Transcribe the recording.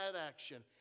action